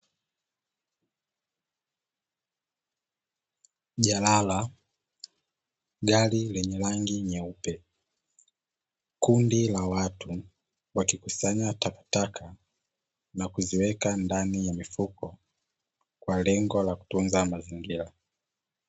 Jalala, gari lenye rangi nyeupe la watu, wakikusanya takataka na kuziweka ndani ya mifuko kwa lengo la kutunza mazingira.